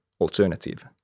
alternative